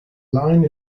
line